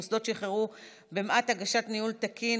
מוסדות שאיחרו במעט הגשת "ניהול תקין"